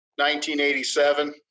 1987